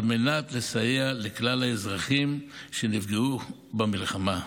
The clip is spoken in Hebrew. על מנת לסייע לכלל האזרחים שנפגעו במלחמה.